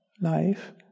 Life